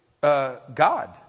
God